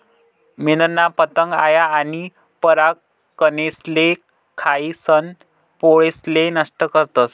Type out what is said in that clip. मेनना पतंग आया आनी परागकनेसले खायीसन पोळेसले नष्ट करतस